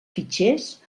fitxers